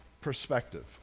perspective